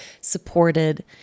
supported